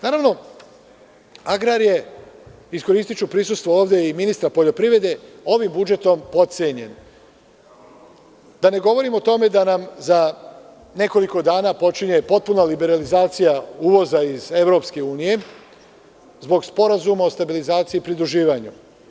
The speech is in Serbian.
Naravno, iskoristiću prisustvo ministra poljoprivrede agrar je ovim budžetom potcenjen, da ne govorim o tome da nam za nekoliko dana počinje potpuna liberalizacija uvoza iz EU, zbog Sporazuma o stabilizaciji i pridruživanju.